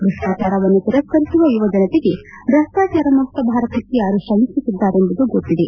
ಭ್ರಷ್ಲಾಚಾರವನ್ನು ತಿರಸ್ತರಿಸುವ ಯುವಜನತೆಗೆ ಭ್ರಷ್ಲಾಚಾರ ಮುಕ್ತ ಭಾರತಕ್ಕೆ ಯಾರು ಶ್ರಮಿಸುತ್ತಿದ್ದಾರೆಂಬುದು ಗೊತ್ತಿದೆ